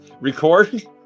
record